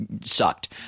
sucked